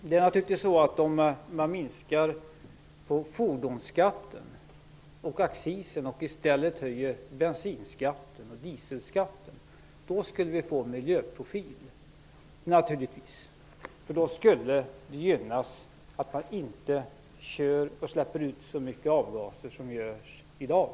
Herr talman! Om vi minskade på fordonsskatten och accisen och i stället höjde bensinskatten och dieselskatten - då skulle vi naturligtvis få en miljöprofil. Då skulle vi gynna att man inte kör och släpper ut så mycket avgaser som är fallet i dag.